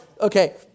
okay